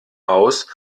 aus